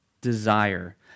desire